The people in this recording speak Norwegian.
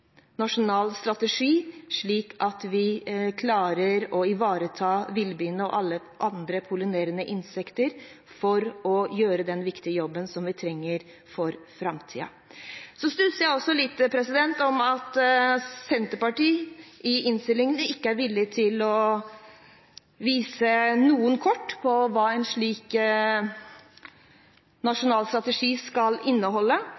nasjonal strategi, slik at vi klarer å ivareta villbiene og alle andre pollinerende insekter, slik at de kan gjøre den viktige jobben som vi trenger for framtiden. Jeg stusser også litt over at Senterpartiet i innstillingen ikke er villig til å vise noen kort for hva en slik nasjonal strategi skal inneholde.